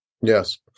Yes